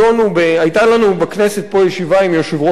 היתה לנו בכנסת פה ישיבה עם יושב-ראש הכנסת,